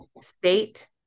state